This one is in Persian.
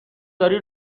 داری